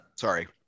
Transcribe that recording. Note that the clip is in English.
Sorry